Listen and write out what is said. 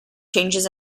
changes